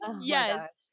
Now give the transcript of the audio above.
Yes